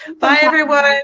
bye everyone!